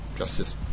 Justice